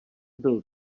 byl